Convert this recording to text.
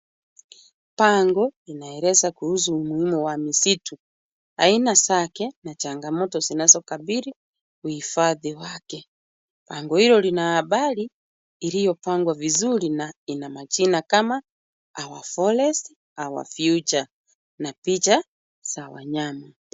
Bango inaeleza kuhusu umuhimu wa misitu. Aina zake na changamoto zinazokabili uhifadhi wake. Bango hilo lina habari iliyopangwa vizuri na ina majina kama our forest, our future na picha za wanyama.